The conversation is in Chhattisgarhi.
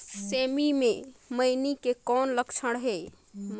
सेमी मे मईनी के कौन लक्षण हे?